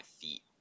feet